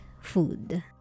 food